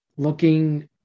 Looking